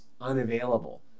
unavailable